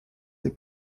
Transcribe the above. des